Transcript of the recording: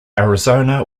arizona